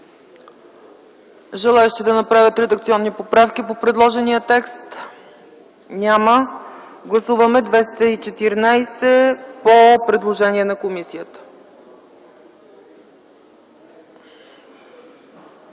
желаещи да направят редакционни поправки по предложения текст? Няма. Гласуваме чл. 214 по предложение на комисията.